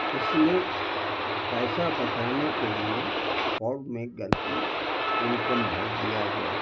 اس نے پیسہ بچانے کے لیے فورم میں غلطی انکم بھر دیا گیا